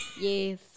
Yes